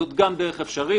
זו גם דרך אפשרית,